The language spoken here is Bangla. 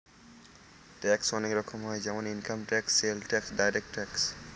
ট্যাক্স অনেক রকম হয় যেমন income tax, sales tax, direct tax